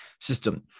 system